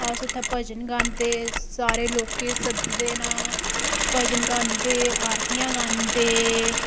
अस उत्थै भजन गांदे सारे लोकें गी सददे न भजन गांदे गांदे आरतियां गांदे